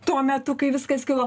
tuo metu kai viskas kilo